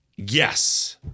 Yes